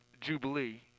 jubilee